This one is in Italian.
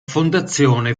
fondazione